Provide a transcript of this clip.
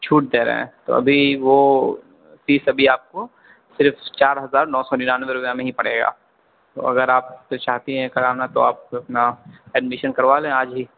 چھوٹ دے رہے ہیں تو ابھی وہ فیس ابھی آپ کو صرف چار ہزار نو سو ننانوے روپئے میں ہی پڑے گا اگر آپ چاہتی ہیں کرانا تو آپ اپنا ایڈمیشن کروا لیں آج ہی